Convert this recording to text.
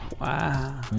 wow